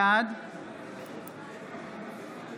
בעד